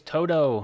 Toto